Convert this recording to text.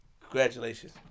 Congratulations